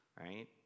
right